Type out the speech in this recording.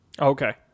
Okay